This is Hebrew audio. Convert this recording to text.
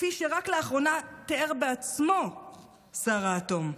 כפי שרק לאחרונה תיאר בעצמו שר האטום.